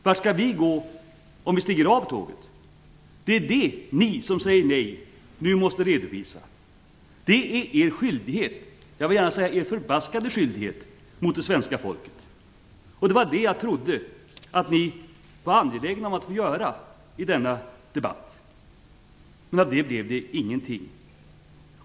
Vart skall vi gå om vi stiger av tåget? Ni som nu säger nej måste redovisa det! Det är er skyldighet, jag vill gärna säga er förbaskade skyldighet, mot det svenska folket! Det var detta som jag trodde att ni var angelägna om att få göra i denna debatt. Men av den saken blev det ingenting.